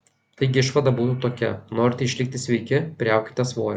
taigi išvada būtų tokia norite išlikti sveiki priaukite svorio